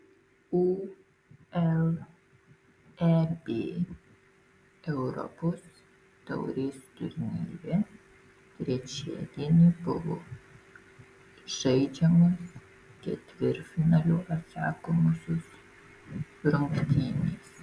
uleb europos taurės turnyre trečiadienį buvo žaidžiamos ketvirtfinalio atsakomosios rungtynės